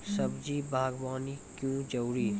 सब्जी बागवानी क्यो जरूरी?